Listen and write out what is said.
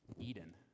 Eden